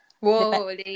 Whoa